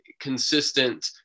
consistent